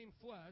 flesh